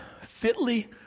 fitly